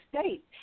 States